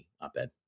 op-ed